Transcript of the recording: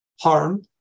harm